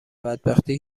بدبختی